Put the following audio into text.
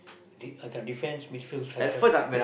the on the defence missile striker